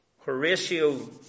Horatio